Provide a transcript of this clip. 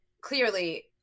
clearly